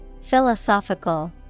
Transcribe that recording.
Philosophical